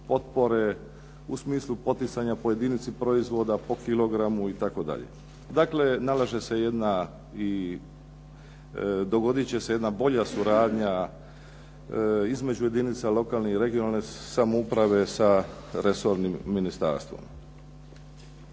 potpore u smislu poticanja po jedinici proizvoda, po kilogramu itd. Dakle, nalaže se jedna i dogodit će se jedna bolja suradnja između jedinica lokalne i regionalne samouprave sa resornim ministarstvom.